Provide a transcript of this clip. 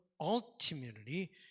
ultimately